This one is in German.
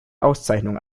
auszeichnung